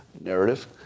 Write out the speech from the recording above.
narrative